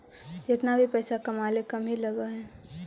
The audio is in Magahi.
जेतना भी पइसा कमाले कम ही लग हई